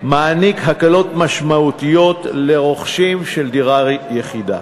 מעניק הקלות משמעותיות לרוכשים של דירה יחידה,